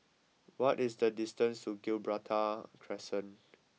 what is the distance to Gibraltar Crescent